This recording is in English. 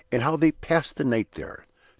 and how they passed the night there.